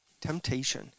temptation